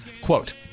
Quote